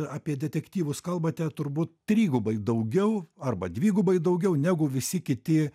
apie detektyvus kalbate turbūt trigubai daugiau arba dvigubai daugiau negu visi kiti